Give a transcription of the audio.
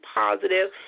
positive